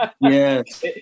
Yes